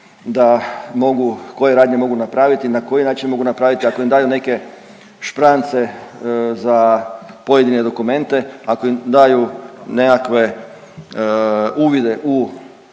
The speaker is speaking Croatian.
da mogu, koje radnje mogu napraviti i na koji način mogu napraviti, ako im daju neke šprance za pojedine dokumente, ako im daju nekakve uvide u